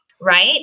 right